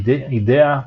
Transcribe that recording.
IDEA,